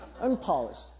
unpolished